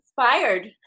inspired